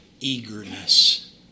eagerness